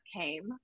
came